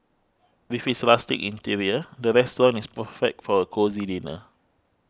with its rustic interior the restaurant is perfect for a cosy dinner